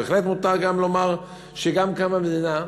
בהחלט מותר גם לומר שגם כאן במדינה,